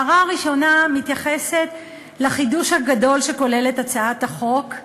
ההערה הראשונה מתייחסת לחידוש הגדול שכוללת הצעת החוק,